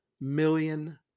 million